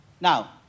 Now